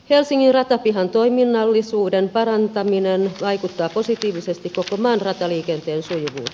helsingin ratapihan toiminnallisuuden parantaminen vaikuttaa positiivisesti koko maan rataliikenteen sujuvuuteen